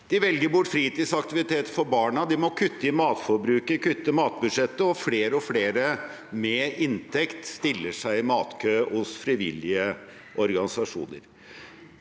De velger bort fritidsaktiviteter for barna, de må kutte i matforbruket, kutte i matbudsjettet, og flere og flere med inntekt stiller seg i matkø hos frivillige organisasjoner.